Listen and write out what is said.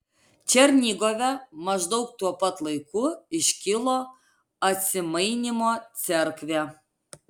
černigove maždaug tuo pat laiku iškilo atsimainymo cerkvė